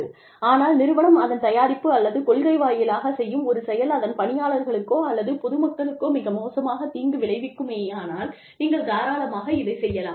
ஆனால் நிறுவனம் அதன் தயாரிப்பு அல்லது கொள்கை வாயிலாகச் செய்யும் ஒரு செயல் அதன் பணியாளர்களுக்கோ அல்லது பொதுமக்களுக்கோ மிக மோசமாக தீங்கு விளைவிக்குமேயானால் நீங்கள் தாராளமாக இதைச் செய்யலாம்